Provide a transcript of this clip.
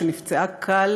שנפצעה קל